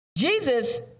Jesus